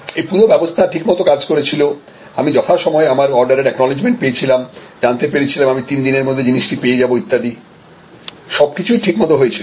এই পুরো ব্যবস্থা ঠিকমতো কাজ করেছিল আমি যথা সময়ে আমার অর্ডারের একনলেজমেন্ট পেয়েছিলাম জানতে পেরেছিলাম আমি তিন দিনের মধ্যে জিনিসটি পেয়ে যাব ইত্যাদি সব কিছুই ঠিক মত হয়েছিল